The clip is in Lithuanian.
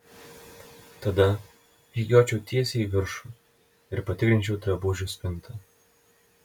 tada žygiuočiau tiesiai į viršų ir patikrinčiau drabužių spintą